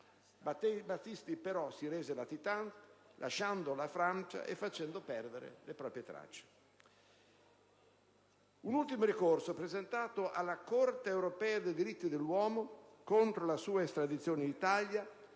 Battisti si rese però latitante, lasciando la Francia e facendo perdere le sue tracce. Un ultimo ricorso, presentato alla Corte europea dei diritti dell'uomo, contro la sua estradizione in Italia,